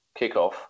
kickoff